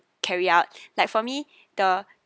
carry out like for me the